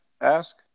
ask